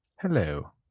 Hello